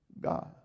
God